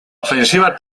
ofensiva